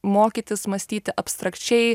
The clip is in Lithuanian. mokytis mąstyti abstrakčiai